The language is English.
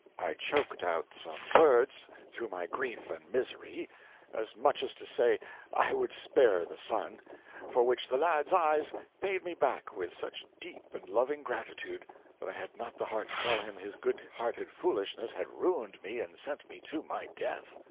i choked out some words through my grief and misery as much as to say i would spare the sun for which the lad's eyes paid me back with such deep and loving gratitude that i had not the heart to tell him his good-hearted foolishness had ruined me and sent me to my death.